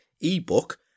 ebook